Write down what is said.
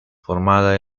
formada